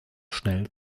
schnell